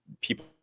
People